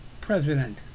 president